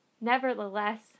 Nevertheless